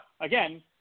again